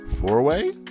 four-way